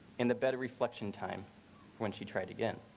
and the better reflection time when she try it again.